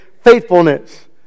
faithfulness